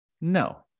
No